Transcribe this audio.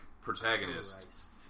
protagonist